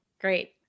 Great